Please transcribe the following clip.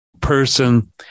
person